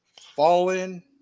Fallen